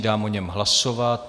Dám o něm hlasovat.